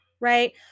right